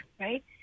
right